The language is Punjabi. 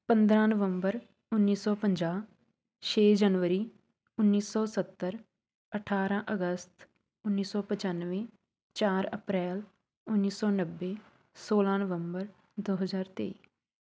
ਪੰਦਰ੍ਹਾਂ ਨਵੰਬਰ ਉੱਨੀ ਸੌ ਪੰਜਾਹ ਛੇ ਜਨਵਰੀ ਉੱਨੀ ਸੌ ਸੱਤਰ ਅਠਾਰ੍ਹਾਂ ਅਗਸਤ ਉੱਨੀ ਸੌ ਪਚਾਨਵੇਂ ਚਾਰ ਅਪ੍ਰੈਲ ਉੱਨੀ ਸੌ ਨੱਬੇ ਸੌਲ੍ਹਾਂ ਨਵੰਬਰ ਦੋ ਹਜ਼ਾਰ ਤੇਈ